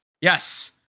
Yes